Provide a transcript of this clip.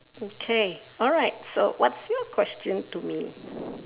okay alright so what's your question to me